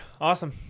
awesome